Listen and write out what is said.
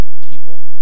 people